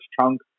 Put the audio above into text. chunk